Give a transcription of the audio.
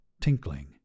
tinkling